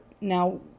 Now